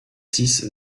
six